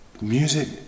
music